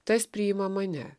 tas priima mane